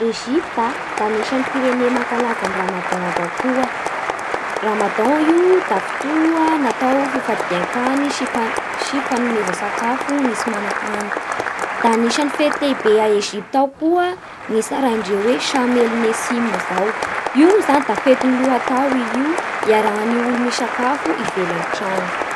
Egypte a da anisan'ny firene mankalaza ny ramadan avao koa. Ramadan io da fotoa natao fifadian-kany sy fan- fanomeza sakafo ny tsy mana hany. Da anisan'ny fety lehibe a Egypte ao koa ny tsaraindreo hoe sham el nessim zao. Io zany da fety lohatao i io iarahan'ny olo misakafo ivelan'ny tragno.